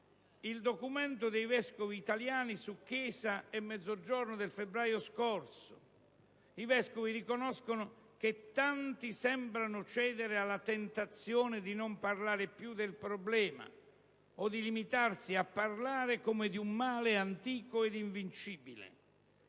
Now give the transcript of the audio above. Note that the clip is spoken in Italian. il documento dei vescovi italiani su Chiesa e Mezzogiorno del febbraio scorso. I vescovi riconoscono che «tanti sembrano cedere alla tentazione di non parlare più del problema o di limitarsi a parlarne come di un male antico e invincibile»;